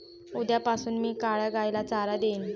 उद्यापासून मी काळ्या गाईला चारा देईन